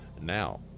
Now